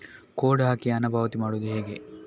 Code ಹಾಕಿ ಹಣ ಪಾವತಿ ಮಾಡೋದು ಹೇಗೆ?